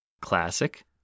Classic